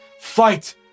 fight